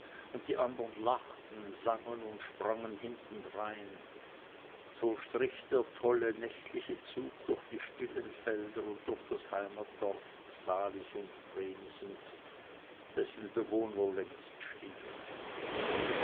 und die andern lachten sangen und sprangen hintendrein so strich der tolle nächtliche zug durch die stillen felder und durch das heimatdorf salis und vrenchens dessen bewohner längst schliefen